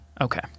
Okay